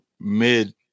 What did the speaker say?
mid